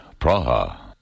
Praha